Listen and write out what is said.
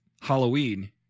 Halloween